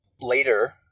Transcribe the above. later